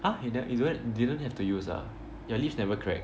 !huh! you nev~ you you don't have to use ah your lips never crack